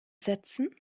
setzen